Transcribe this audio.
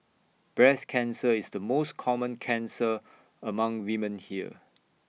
breast cancer is the most common cancer among women here